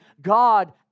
God